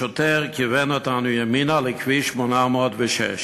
השוטר כיוון אותנו ימינה לכביש 806,